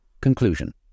Conclusion